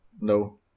No